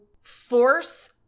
force